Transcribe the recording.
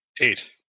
Eight